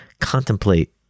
contemplate